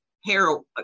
hero